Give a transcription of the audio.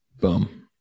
Boom